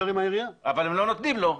ולא נותנים לו.